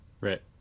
Right